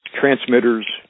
transmitters